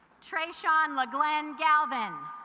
tre shawn legrande galvan